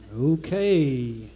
Okay